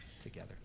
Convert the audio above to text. Together